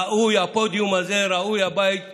ראוי הפודיום הזה, ראוי הבית הזה,